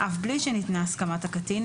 אף בלי שניתנה הסכמת הקטין,